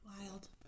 Wild